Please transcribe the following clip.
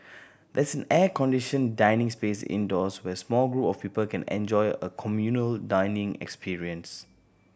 there's an air conditioned dining space indoors where small group of people can enjoy a communal dining experience